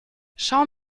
schau